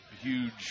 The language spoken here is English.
huge